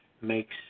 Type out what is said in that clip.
makes